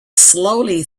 slowly